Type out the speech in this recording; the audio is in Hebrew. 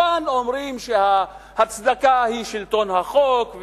כאן אומרים שההצדקה היא שלטון החוק,